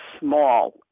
small